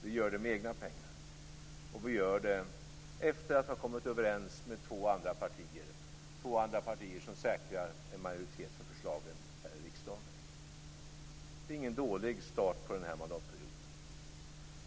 Vi gör det med egna pengar, och vi gör det efter att ha kommit överens med två andra partier som säkrar en majoritet för förslagen här i riksdagen. Det är ingen dålig start för den här mandatperioden.